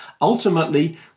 Ultimately